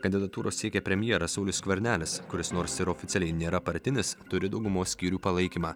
kandidatūros siekia premjeras saulius skvernelis kuris nors ir oficialiai nėra partinis turi daugumos skyrių palaikymą